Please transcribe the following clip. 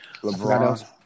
LeBron